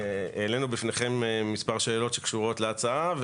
העלינו בפניכם מספר שאלות שקשורות להצעה.